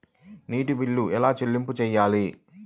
నీటి బిల్లు ఎలా చెల్లింపు చేయాలి?